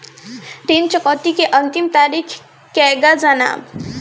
ऋण चुकौती के अंतिम तारीख केगा जानब?